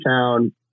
town